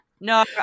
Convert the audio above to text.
No